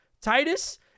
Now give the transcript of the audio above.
Titus